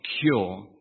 cure